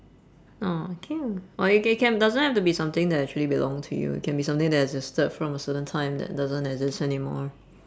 orh okay ah or it can can doesn't have to be something that actually belonged to you it can be something that existed from a certain time that doesn't exist anymore